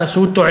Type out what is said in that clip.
אז הוא טועה.